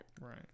Right